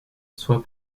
soit